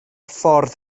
ffordd